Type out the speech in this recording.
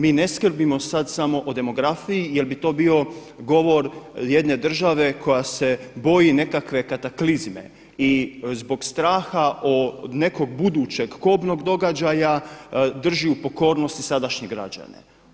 Mi ne skrbimo sad samo o demografiji jer bi to bio govor jedne države koja se boji nekakve kataklizme i zbog straha od nekog budućeg kobnog događaja drži u pokornosti sadašnje građane.